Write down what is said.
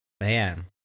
Man